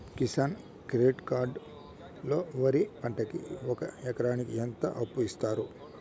Kisan credit card లో వరి పంటకి ఒక ఎకరాకి ఎంత అప్పు ఇస్తారు?